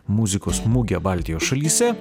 muzikos mugė baltijos šalyse